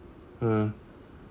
hmm